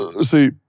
See